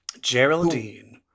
Geraldine